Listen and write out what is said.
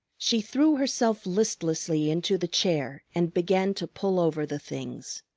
she threw herself listlessly into the chair and began to pull over the things.